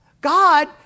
God